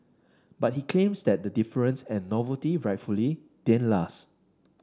but he claims that the deference and novelty rightfully didn't last